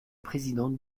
président